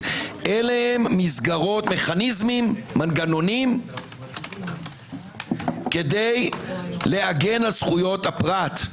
אלה הם מנגנונים כדי להגן על זכויות הפרט.